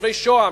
תושבי שוהם,